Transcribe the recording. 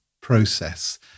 process